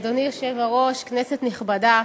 אדוני היושב-ראש, כנסת נכבדה,